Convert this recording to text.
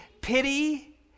pity